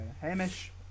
Hamish